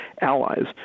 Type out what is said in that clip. allies